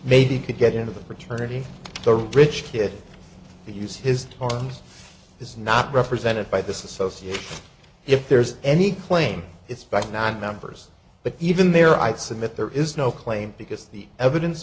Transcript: maybe could get into the fraternity the rich kid to use his arms is not represented by this association if there's any claim it's fact nonmembers but even there i submit there is no claim because the evidence